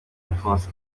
alphonse